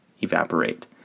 evaporate